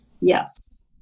Yes